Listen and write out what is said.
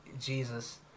Jesus